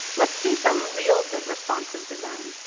let's do some real responsive design.